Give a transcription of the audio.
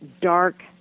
dark